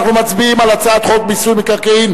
אנחנו מצביעים על הצעת חוק מיסוי מקרקעין